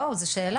בואו, זו שאלה.